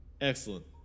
Excellent